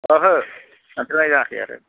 ओहो थांफेरनाय जायाखै आरो